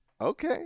Okay